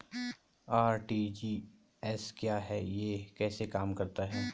RTGS क्या है यह कैसे काम करता है?